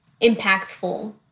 impactful